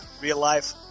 real-life